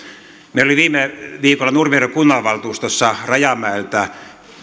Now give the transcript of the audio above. oli viime viikolla nurmijärven kunnanvaltuustossa kunnan rajamäellä